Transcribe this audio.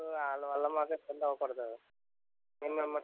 వాళ్ళ వల్ల మాకు ఇబ్బందవ్వకూడదు మిమ్మల్ని